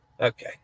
Okay